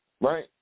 right